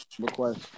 request